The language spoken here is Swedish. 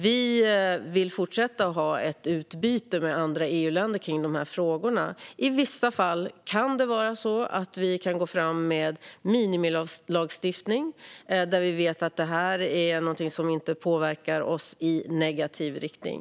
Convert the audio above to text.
Vi vill fortsätta att ha ett utbyte med andra EU-länder i dessa frågor. I vissa fall kan det vara så att vi kan gå fram med minimilagstiftning, när vi vet att detta inte påverkar oss i negativ riktning.